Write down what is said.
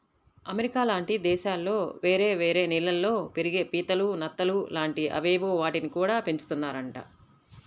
America లాంటి దేశాల్లో వేరే వేరే నీళ్ళల్లో పెరిగే పీతలు, నత్తలు లాంటి అవేవో వాటిని గూడా పెంచుతున్నారంట